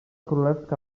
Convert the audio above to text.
królewska